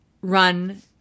run